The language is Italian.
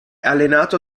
allenato